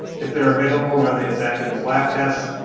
if they're available and are they as accurate as lab tests?